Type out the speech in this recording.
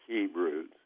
Hebrews